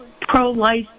pro-life